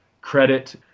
credit